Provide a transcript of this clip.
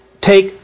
take